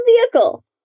vehicle